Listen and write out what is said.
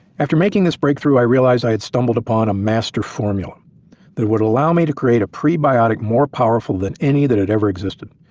after making this breakthrough i realized i had stumbled upon a master formula that would allow me to create a prebiotic more powerful than any that ever existed.